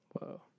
Whoa